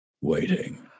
waiting